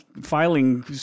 filing